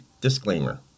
disclaimer